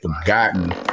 forgotten